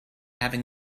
having